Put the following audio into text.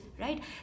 right